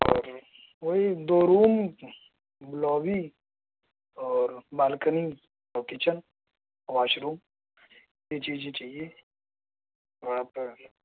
اور وہی دو روم بلابی اور بالکنی اور کچن اور واش روم یہ چیزیں چاہیے وہاں پر